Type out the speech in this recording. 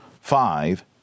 five